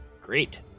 great